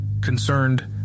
Concerned